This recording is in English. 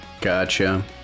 Gotcha